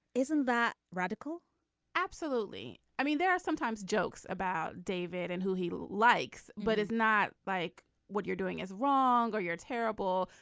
isn't that radical absolutely. i mean there are sometimes jokes about david and who he likes but it's not like what you're doing is wrong or you're terrible.